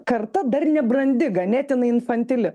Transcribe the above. karta dar nebrandi ganėtinai infantili